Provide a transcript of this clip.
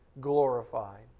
glorified